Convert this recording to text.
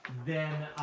then